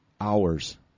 hours